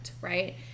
Right